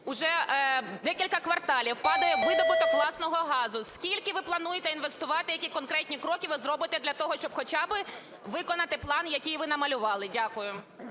вже декілька кварталів падає видобуток власного газу. Скільки ви плануєте інвестувати, які конкретні кроки ви зробите для того, щоб хоча би виконати план, який ви намалювали? Дякую.